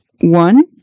one